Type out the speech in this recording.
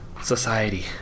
society